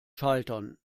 schaltern